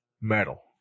metal